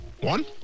One